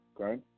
okay